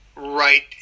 right